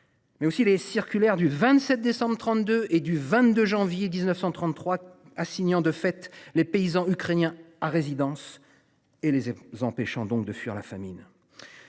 Mais aussi les circulaires du 27 décembre 32 et du 22 janvier 1933, signant de fait les paysans ukrainiens à résidence et l'empêchant donc de fuir la famine.